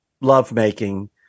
lovemaking